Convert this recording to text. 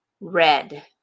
red